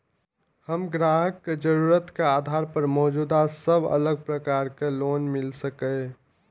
हम ग्राहक के जरुरत के आधार पर मौजूद सब अलग प्रकार के लोन मिल सकये?